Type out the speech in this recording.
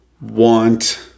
want